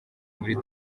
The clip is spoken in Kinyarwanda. muri